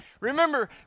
Remember